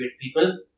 people